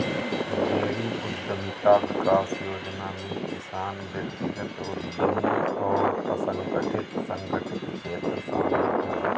dairy उद्यमिता विकास योजना में किसान व्यक्तिगत उद्यमी और असंगठित संगठित क्षेत्र शामिल है